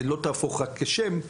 שלא תהפוך רק לשם,